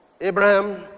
Abraham